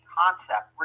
concept